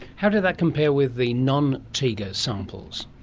how did that compare with the non-tega samples?